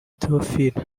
theophile